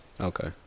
Okay